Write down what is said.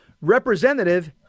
Representative